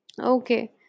Okay